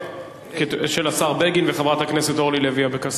של השר בגין ושל חברת הכנסת אורלי לוי אבקסיס.